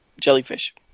jellyfish